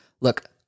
Look